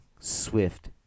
swift